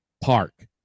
park